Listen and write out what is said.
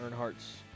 Earnhardt's